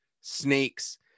snakes